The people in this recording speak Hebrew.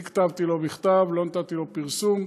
אני כתבתי לו מכתב, לא נתתי לו פרסום,